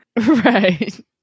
right